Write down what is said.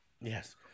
Yes